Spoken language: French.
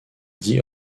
dit